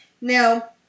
Now